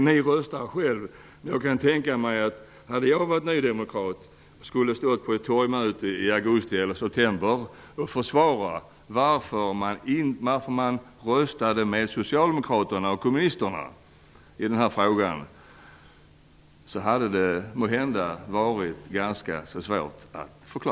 Ni röstar själva, men om jag var nydemokrat och skulle stå på ett torgmöte i augusti eller september skulle jag måhända ha svårt att förklara varför jag röstade med socialdemokraterna och kommunisterna i denna fråga.